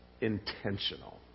intentional